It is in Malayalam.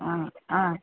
ആ ആ